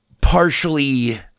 partially